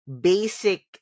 basic